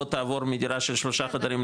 בוא תעבור מדירה של שלושה חדרים,